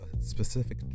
specific